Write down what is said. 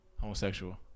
Homosexual